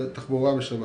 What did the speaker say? תחבורה בשבת,